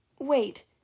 Wait